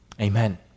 Amen